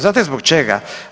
Znate zbog čega?